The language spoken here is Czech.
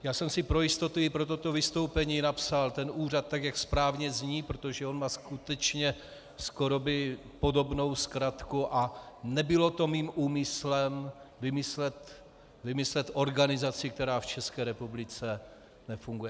Já jsem si pro jistotu i pro toto vystoupení napsal ten úřad tak, jak správně zní, protože on má skutečně skoro podobnou zkratku, a nebylo to mým úmyslem vymyslet organizaci, která v České republice nefunguje.